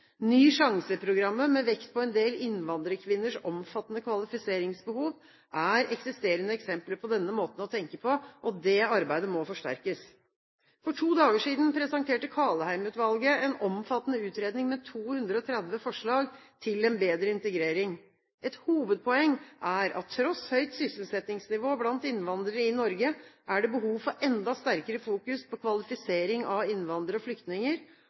Ny sjanse-programmet med vekt på en del innvandrerkvinners omfattende kvalifiseringsbehov er eksisterende eksempler på denne måten å tenke på. Det arbeidet må forsterkes. For to dager siden presenterte Kaldheim-utvalget en omfattende utredning med 230 forslag til en bedre integrering. Et hovedpoeng er at tross høyt sysselsettingsnivå blant innvandrere i Norge er det behov for enda sterkere fokus på kvalifisering av innvandrere og flyktninger,